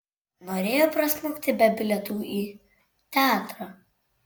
norėjo prasmukti be bilietų į teatrą